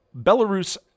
Belarus